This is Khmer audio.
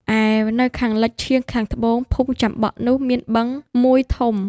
ឯនៅខាងលិចឆៀងខាងត្បូងភូមិចាំបក់នោះមានបឹងមួយធំ